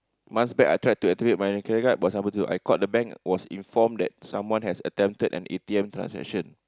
months back I tried to activate my credit card but unable to I called the bank was informed that someone has attempted an A_T_M transaction